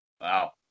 Wow